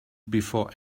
before